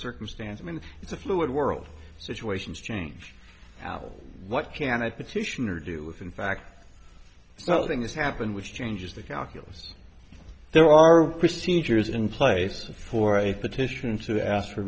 circumstance i mean it's a fluid world situations change out what can i petition or do if in fact something has happened which changes the calculus there are procedures in place for a petition to ask for